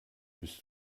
bist